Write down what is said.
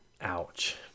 ouch